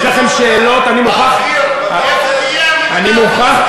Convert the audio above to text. אני מוכרח